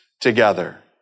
together